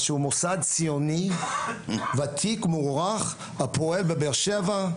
מוסד ציוני ותיק ומוערך, הפועל בבאר שבע,